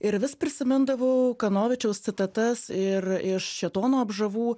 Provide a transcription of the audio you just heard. ir vis prisimindavau kanovičiaus citatas ir iš šėtono apžavų